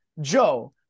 Joe